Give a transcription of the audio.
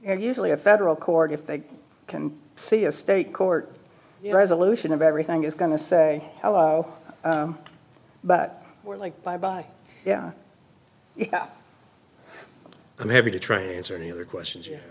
usually a federal court if they can see a state court you know resolution of everything is going to say hello but we're like bye bye yeah i'm happy to transfer any other questions y